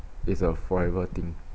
it's a forever thing